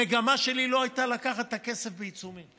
המגמה שלי הייתה לא לקחת את הכסף בעיצומים,